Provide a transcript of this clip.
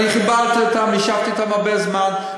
אני כיבדתי אותם ונשארתי אתם הרבה זמן,